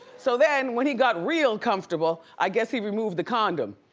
so then when he got real comfortable i guess he removed the condom.